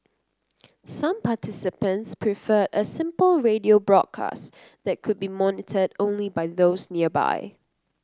some participants preferred a simple radio broadcast that could be monitored only by those nearby